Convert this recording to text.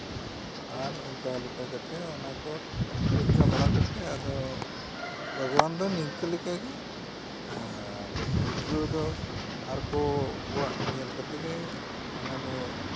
ᱟᱨ ᱚᱝᱠᱟᱞᱮᱠᱟ ᱠᱟᱛᱮ ᱚᱱᱟ ᱠᱚ ᱪᱚᱨᱪᱟ ᱵᱟᱲᱟ ᱠᱟᱛᱮ ᱟᱫᱚ ᱵᱷᱟᱜᱽᱣᱟᱱ ᱫᱚ ᱱᱤᱝᱠᱟᱹ ᱞᱮᱠᱟ ᱜᱮ ᱟᱨ ᱩᱫᱽᱜᱟᱹᱣ ᱫᱚ ᱟᱨᱠᱚᱣᱟᱜ ᱧᱮᱞ ᱠᱟᱛᱮ ᱜᱮ ᱚᱱᱟ ᱫᱚ